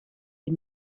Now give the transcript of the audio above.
des